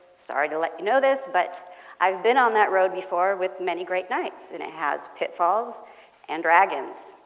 sorry to let you know this but i've been on that road before with many great knights and it has pitfalls and dragons.